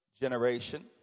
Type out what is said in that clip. generation